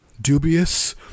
dubious